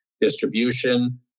distribution